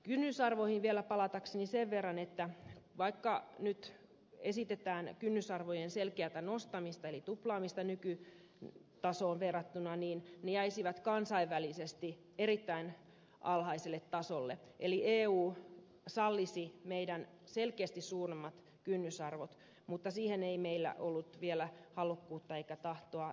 kynnysarvoihin vielä palatakseni sen verran että vaikka nyt esitetään kynnysarvojen selkeätä nostamista eli tuplaamista nykytasoon verrattuna ne jäisivät kansainvälisesti erittäin alhaiselle tasolle eli eu sallisi meille selkeästi suuremmat kynnysarvot mutta siihen ei meillä ollut vielä halukkuutta eikä tahtoa mennä